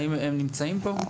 האם הם נמצאים פה?